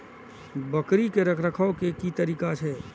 बकरी के रखरखाव के कि तरीका छै?